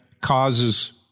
causes